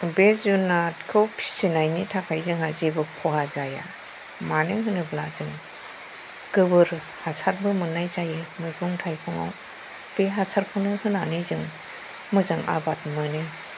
बे जुनातखौ फिसिनायनि थाखाय जोंहा जेबो खहा जाया मानो होनोब्ला जों गोबोर हासारबो मोननाय जायो मैगं थाइगङाव बे हासारखौनो होनानै मोजां आबाद मोनो